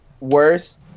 worse